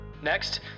Next